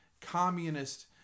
communist